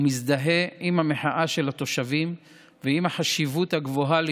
ומזדהה עם המחאה של התושבים ועם החשיבות הגבוהה של